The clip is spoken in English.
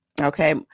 Okay